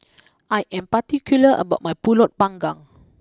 I am particular about my Pulut Panggang